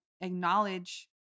acknowledge